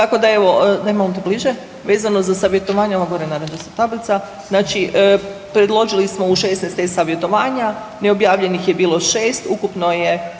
tako da evo, daj molim te bliže, vezano za savjetovanje, ono gore narančasta tablica, znači predložilo smo u 16 e-savjetovanja, neobjavljenih je bilo 6, ukupno je